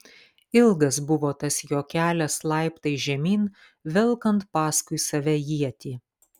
ilgas buvo tas jo kelias laiptais žemyn velkant paskui save ietį